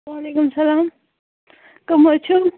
وعلیکُم سلام کٕم حظ چھِو